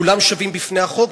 כולם שווים בפני החוק,